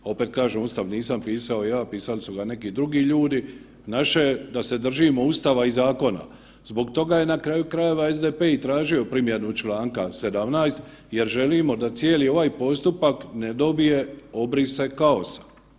Opet kažem, Ustav nisam pisao ja, pisali su ga neki drugi ljudi, naše je da se držimo Ustava i zakona. zbog toga je, na kraju krajeva SDP i tražio primjenu čl. 17. jer želimo da cijeli ovaj postupak ne dobije obrise kaosa.